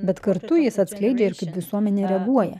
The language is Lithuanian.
bet kartu jis atskleidžia ir visuomenė reaguoja